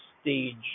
stage